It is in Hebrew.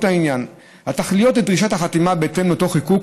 העניין התכליות לדרישת החתימה בהתאם לאותו חיקוק.